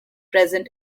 present